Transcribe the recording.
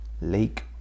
Lake